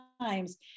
times